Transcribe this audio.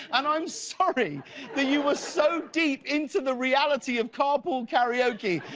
and i'm sorry that you were so deep into the reality of carpool karaoke.